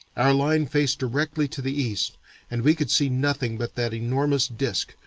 our line faced directly to the east and we could see nothing but that enormous disk,